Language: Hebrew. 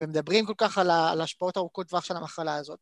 ומדברים כל כך על השפעות ארוכות טווח של המחלה הזאת.